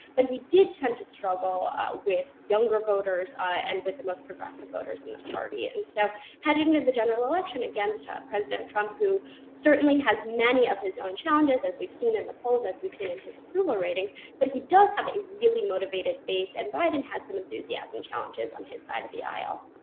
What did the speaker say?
but he did tend to struggle with younger voters and with the most progressive voters in the party and so how did the general election against ah president trump, who certainly has many of his own challenges, as we've seen in the polls, as we've seen in his approval ratings, but he does have a really motivated base and biden has some enthusiasm challenges on his side of the aisle.